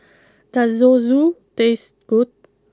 does Zosui taste good